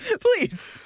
please